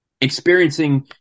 experiencing